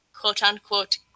quote-unquote